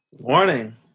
Morning